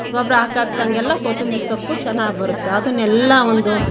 ಗೊಬ್ಬರ ಹಾಕ್ ಹಾಕಿದಂಗ್ ಎಲ್ಲ ಕೊತ್ತಂಬ್ರಿ ಸೊಪ್ಪು ಚೆನ್ನಾಗ್ ಬರುತ್ತೆ ಅದನ್ನೆಲ್ಲ ಒಂದು